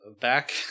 Back